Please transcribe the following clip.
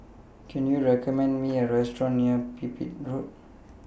Can YOU recommend Me A Restaurant near Pipit Road